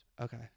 Okay